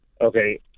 Okay